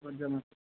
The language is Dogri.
जै माता दी